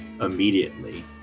immediately